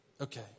Okay